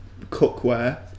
cookware